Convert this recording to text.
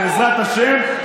בעזרת השם,